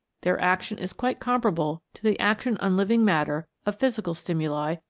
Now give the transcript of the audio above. their action is quite comparable to the action on living matter of physical stimuli,